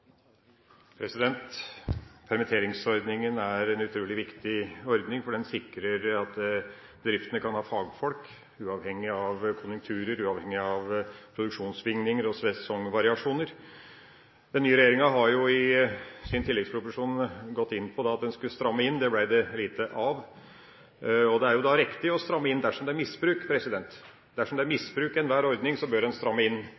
en utrolig viktig ordning, for den sikrer at bedriftene kan ha fagfolk – uavhengig av konjunkturer, uavhengig av produksjonssvingninger og sesongvariasjoner. Den nye regjeringa har jo i sin tilleggsproposisjon gått inn for at en skulle stramme inn. Det ble det lite av. Det er jo riktig å stramme inn dersom det er misbruk; dersom det er misbruk av enhver ordning, så bør en stramme inn.